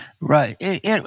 Right